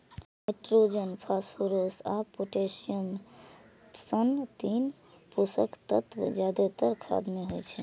nitrogen, phosphorus आ potassium सन तीन पोषक तत्व जादेतर खाद मे होइ छै